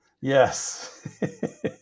Yes